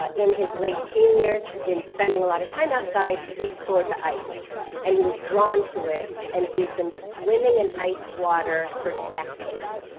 ah in his late teens in spending a lot of time outside he explored the ice and he was drawn to it and he's been swimming in ice water for decades